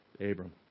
Abram